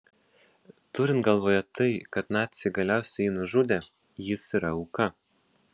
turint galvoje tai kad naciai galiausiai jį nužudė jis yra auka